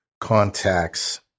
contacts